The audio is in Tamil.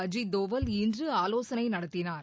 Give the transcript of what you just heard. அஜீத் தோவல் இன்று ஆலோசனை நடத்தினார்